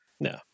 No